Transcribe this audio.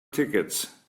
tickets